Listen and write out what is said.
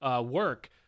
work